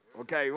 Okay